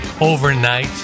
overnight